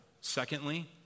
Secondly